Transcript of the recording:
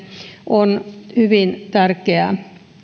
on hyvin tärkeää